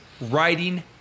writing